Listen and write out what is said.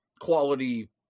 quality